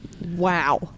Wow